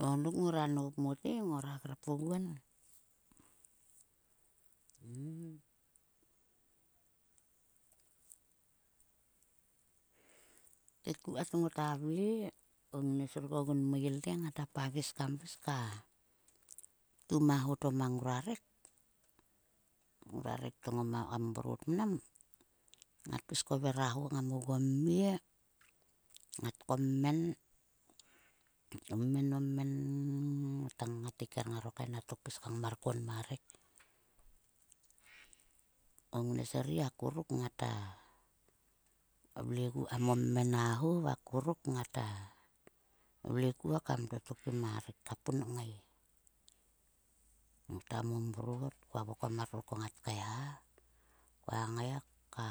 Ko dok ngora nap mote ngora grap aguon. Tetku kat ngota vle, o ngnes ruk kogun meil ngata pagis. Ngat pis kaim pis ka ptum a ho mang ngua rek. Ng ora rek to ngoma mrot mnam. Ngat pis kover a ho ngan oguo mie. Ngat komen, omen, omen. Ngota ngateker ngaro kaenatok kpis ngamar kuon ma rek. O ngnes akuruk ngata vle ogu kam omen a ho nang akuruk ngata vle kuon kam totokim a rek ka pun kngai. Ngota momrot koa vokom mar ko ngat kaeha koa ngai ka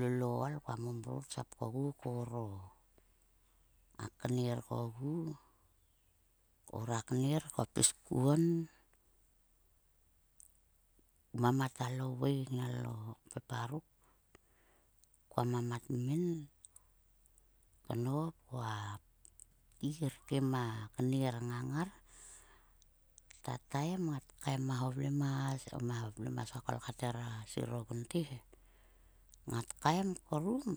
lol o ool ko a momrot. Koa sap kogu kour akner kogu. Kour a kner koa pis kuon. Kmamat alo vui nginalopepo ruk knop koa ptir kim a kner ngang ngar. Ktataem ngat kaem ma ho vlemas he ko a kolkha thera sir ogunte he. Ngat kaem krum.